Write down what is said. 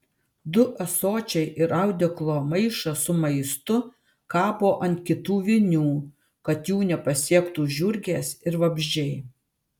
du ąsočiai ir audeklo maišas su maistu kabo ant kitų vinių kad jų nepasiektų žiurkės ir vabzdžiai